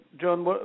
John